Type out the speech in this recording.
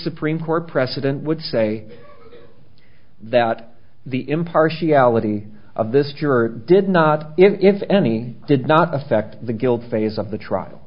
supreme court precedent would say that the impartiality of this juror did not if any did not affect the guilt phase of the trial